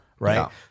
Right